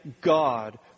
God